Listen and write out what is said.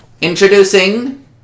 Introducing